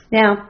now